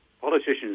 politicians